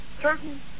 certain